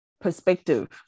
perspective